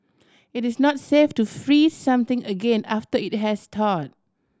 it is not safe to freeze something again after it has thawed